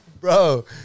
Bro